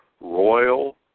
royal